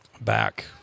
back